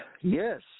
Yes